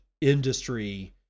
industry